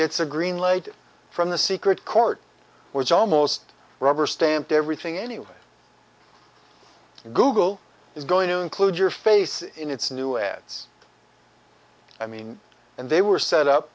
gets a green light from the secret court which almost rubber stamped everything anyway google is going to include your face in its new ads i mean and they were set up